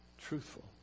truthful